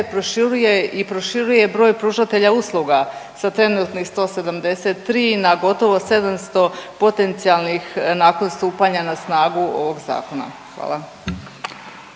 i proširuje broj pružatelja usluga sa trenutnih 173 na gotovo 700 potencijalnih nakon stupanja na snagu ovog zakona, hvala.